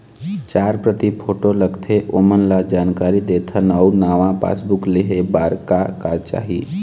चार प्रति फोटो लगथे ओमन ला जानकारी देथन अऊ नावा पासबुक लेहे बार का का चाही?